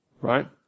right